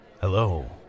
Hello